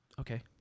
Okay